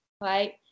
right